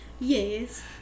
Yes